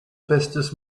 bestes